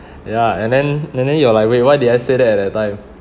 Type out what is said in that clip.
ya and then and then you're like wait why did I said that at that time